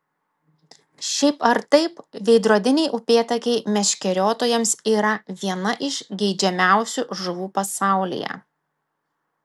šiaip ar taip veidrodiniai upėtakiai meškeriotojams yra viena iš geidžiamiausių žuvų pasaulyje